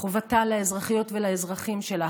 חובתה לאזרחיות ולאזרחים שלה,